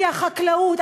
כי החקלאות,